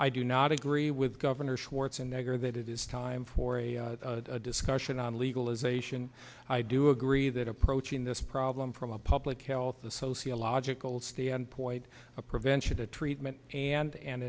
i do not agree with governor schwarzenegger that it is time for a discussion on legalization i do agree that approaching this problem from a public health a sociological standpoint a prevention to treatment and an